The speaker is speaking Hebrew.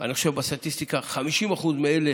אני חושב שבסטטיסטיקה אלה